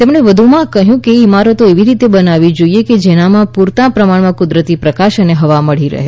તેમણે કહ્યું કે ઇમારતો એવી રીતે બનાવવી જોઇએ કે જેનામાં પુરતા પ્રમાણમાં કુદરતી પ્રકાશ અને હવા મળી રહે